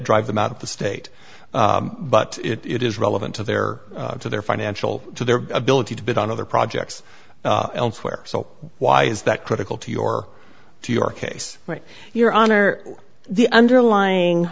drive them out of the state but it is relevant to their to their financial to their ability to bid on other projects elsewhere so why is that critical to your to your case your honor the underlying